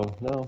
no